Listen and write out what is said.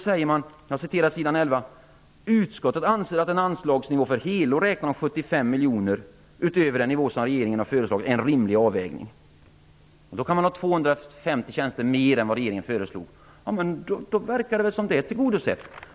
Där står: "Utskottet anser att en anslagsnivå för helår räknat om 75 miljoner kronor över den nivå som regeringen har föreslagit är en rimlig avvägning." Då kan man behålla 250 tjänster fler än regeringen föreslår. Då verkar det som om motionen är tillgodosedd.